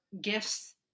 gifts